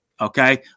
Okay